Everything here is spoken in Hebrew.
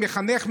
מחנך,